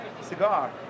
cigar